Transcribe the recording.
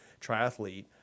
triathlete